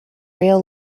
rail